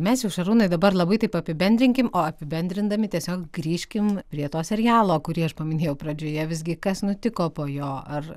mes jau šarūnai dabar labai taip apibendrinkim o apibendrindami tiesiog grįžkim prie to serialo kurį aš paminėjau pradžioje visgi kas nutiko po jo ar